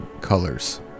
colors